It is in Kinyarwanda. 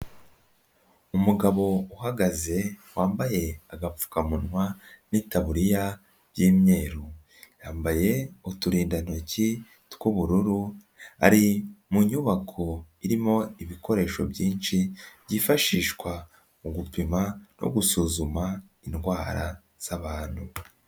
mugabo uhagaze wambaye agapfukamunwa n'itaburiya y'imyeru, yambaye uturindantoki tw'ubururu, ari mu nyubako irimo ibikoresho byinshi byifashishwa mu gupima no gusuzuma indwara z'abantu.